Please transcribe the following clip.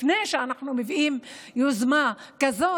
לפני שאנחנו מביאים יוזמה כזו,